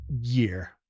year